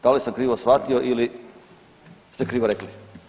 Da li sam krivo shvatio ili ste krivo rekli?